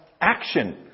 action